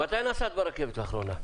מתי נסעת ברכבת לאחרונה?